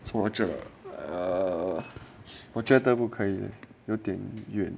orchard ah err 我觉得不可以有点远